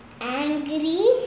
angry